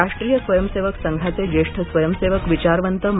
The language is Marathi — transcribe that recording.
राष्ट्रीय स्वयंसेवक संघाचे जेष्ठ स्वयंसेवक विचारवंत मा